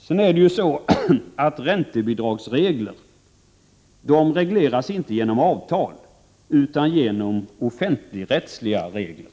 Sedan är det så att räntebidrag inte regleras genom avtal utan genom offentligrättsliga regler.